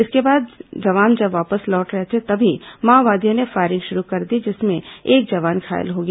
इसके बाद जवान वापस लौट रहे थे तभी माओवादियों ने फायरिंग शुरू कर दी जिसमें एक जवान घायल हो गया